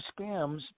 scams